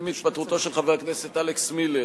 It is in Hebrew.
עם התפטרותו של חבר הכנסת אלכס מילר